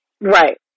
right